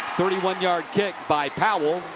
thirty one yard kick by powell.